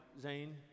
Zane